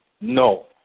no